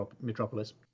Metropolis